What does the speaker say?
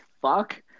fuck